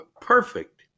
perfect